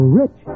rich